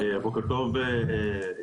בוקר טוב לכולם.